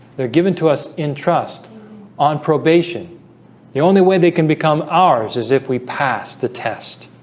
they're given to us in trust on probation the only way they can become ours as if we pass the test